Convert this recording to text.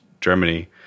Germany